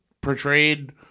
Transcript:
portrayed